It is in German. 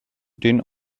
den